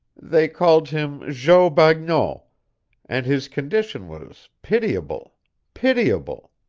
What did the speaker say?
they called him jo bagneau and his condition was pitiable pitiable!